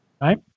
right